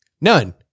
none